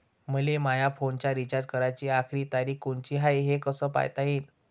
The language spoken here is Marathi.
मले माया फोनचा रिचार्ज कराची आखरी तारीख कोनची हाय, हे कस पायता येईन?